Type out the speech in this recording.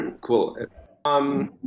Cool